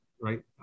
Right